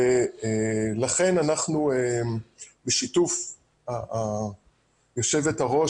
לכן אנחנו בשיתוף יושבת הראש,